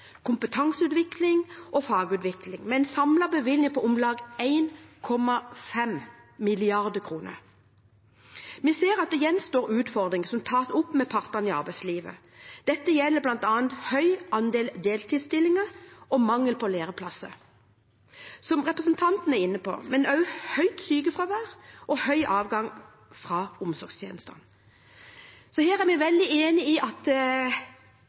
kompetanseutvikling og fagutvikling, med en samlet bevilgning på om lag 1,5 mrd. kr. Vi ser at det gjenstår utfordringer, som tas opp med partene i arbeidslivet. Dette gjelder bl.a. en høy andel deltidsstillinger og mangel på læreplasser, som representanten er inne på, men også høyt sykefravær og høy avgang fra omsorgstjenestene. Så her er vi veldig enig i at